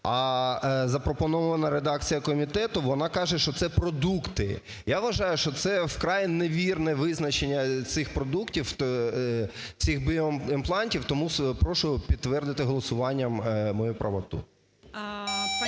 А запропонована редакція комітету, вона каже, що це продукти. Я вважаю, що це вкрай невірне визначення цих продуктів, цих біоімплантів, тому прошу підтвердити голосуванням мою правоту.